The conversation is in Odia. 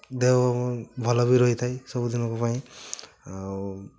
ଦେହ ଭଲ ବି ରହିଥାଇ ସବୁ ଦିନକ ପାଇଁ ଆଉ